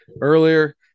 earlier